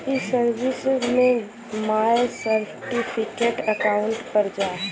ई सर्विस में my certificate account पर जा